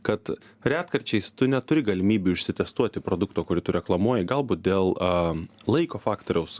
kad retkarčiais tu neturi galimybių išsitestuoti produkto kurį tu reklamuoji galbūt dėl a laiko faktoriaus